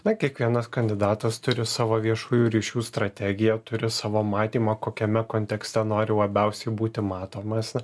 na kiekvienas kandidatas turi savo viešųjų ryšių strategiją turi savo matymą kokiame kontekste nori labiausiai būti matomas